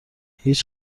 هیچ